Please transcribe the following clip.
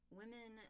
women